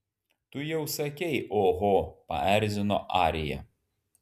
tu jau sakei oho paerzino arija